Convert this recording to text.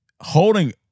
Holding